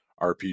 RPG